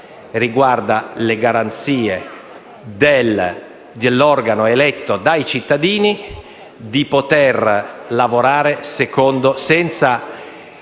riguarda le garanzie dell'organo eletto dai cittadini di poter lavorare senza